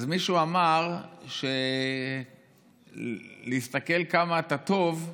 ומישהו אמר שלהסתכל כמה אתה טוב,